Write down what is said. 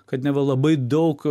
kad neva labai daug